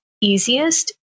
easiest